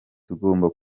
tugomba